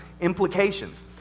implications